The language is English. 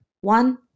one